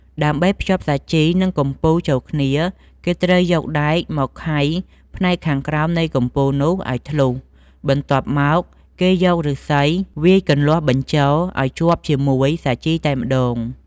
ដើម្បីភ្ជាប់សាជី និងកំពូលចូលគ្នា គេត្រូវយកដែកមកខៃផ្នែកខាងក្រោមនៃកំពូលនោះឲ្យធ្លុះ បន្ទាប់មក គេយកឫស្សីវាយជាគន្លាស់បញ្ចូលឲ្យជាប់ជាមួយសាជីតែម្ដង។